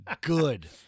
good